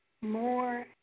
more